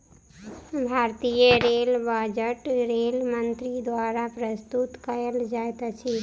भारतीय rail budget rail मंत्री द्वारा प्रस्तुत कयल जाइत अछि